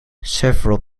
several